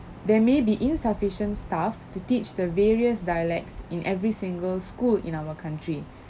there may be insufficient staff to teach the various dialects in every single school in our country